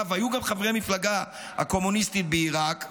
והיו גם חברי המפלגה הקומוניסטית בעיראק.